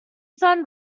sun